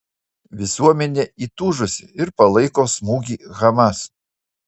visuomenė įtūžusi ir palaiko smūgį hamas